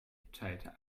teilte